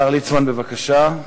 השר ליצמן, בבקשה.